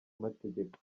amategeko